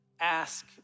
Ask